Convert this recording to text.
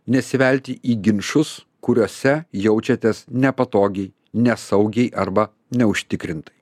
nesivelti į ginčus kuriuose jaučiatės nepatogiai nesaugiai arba neužtikrintai